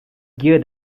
gear